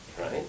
right